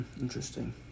Interesting